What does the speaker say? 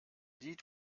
lied